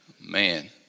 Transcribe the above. Man